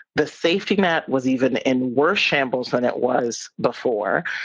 the safety net was even in worse shambles than it was before.